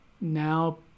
now